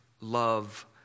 love